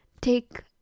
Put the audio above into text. take